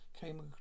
came